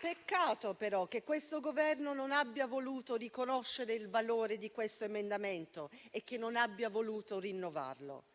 Peccato però che questo Governo non abbia voluto riconoscere il valore di questo emendamento e che non abbia voluto rinnovarlo.